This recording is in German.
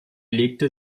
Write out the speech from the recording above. legte